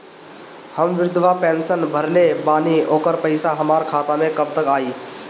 हम विर्धा पैंसैन भरले बानी ओकर पईसा हमार खाता मे कब तक आई?